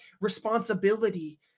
responsibility